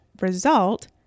result